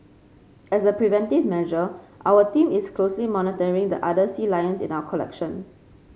as a preventive measure our team is closely monitoring the other sea lions in our collection